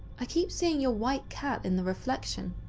i keep seeing your white cat in the reflection,